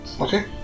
Okay